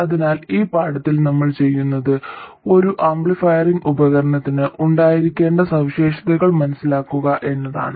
അതിനാൽ ഈ പാഠത്തിൽ നമ്മൾ ചെയ്യുന്നത് ഒരു ആംപ്ലിഫൈയിംഗ് ഉപകരണത്തിന് ഉണ്ടായിരിക്കേണ്ട സവിശേഷതകൾ മനസിലാക്കുക എന്നതാണ്